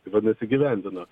vadinas įgyvendino